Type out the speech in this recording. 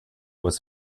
was